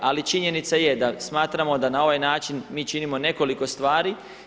Ali činjenica je da smatramo da na ovaj način mi činimo nekoliko stvari.